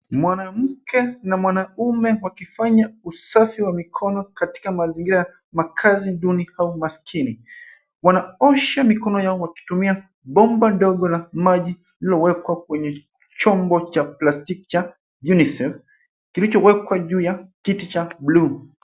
Mwanamke na mwanaume wakifanya usafi wa mikono katika mazingira ya makaazi duni au maskini. Wanaosha mikono yao wakitumia bomba ndogo la maji lililowekwa kwenye chombo cha plastiki cha unisef kilichowekwa juu ya kiti cha buluu.